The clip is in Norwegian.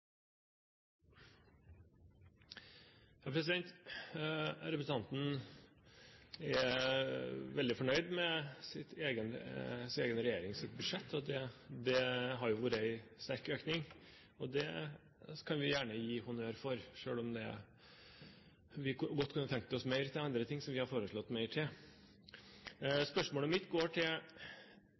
Representanten er veldig fornøyd med sin egen regjerings budsjett. Det har jo vært en sterk økning, og det skal vi gjerne gi honnør for, selv om vi godt kunne tenke oss mer til andre ting som vi har foreslått mer til.